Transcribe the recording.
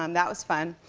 um that was fun.